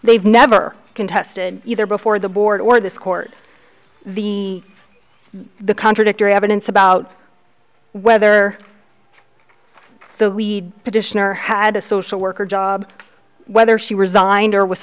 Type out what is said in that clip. they've never contested either before the board or this court the the contradictory evidence about whether the petitioner had a social worker job whether she resigned or was